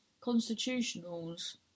constitutionals